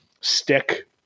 stick